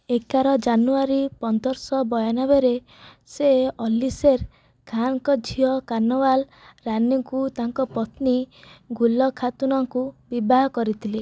ଏଗାର ଜାନୁଆରୀ ପନ୍ଦରଶହ ବୟାନବେ ରେ ସେ ଅଲି ଶେର ଖାନ୍ ଙ୍କ ଝିଅ କାନୱାଲ ରାନୀଙ୍କୁ ତାଙ୍କ ପତ୍ନୀ ଗୁଲ୍ ଖାତୁନ୍ ଙ୍କୁ ବିବାହ କରିଥିଲେ